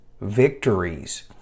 victories